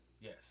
Yes